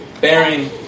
bearing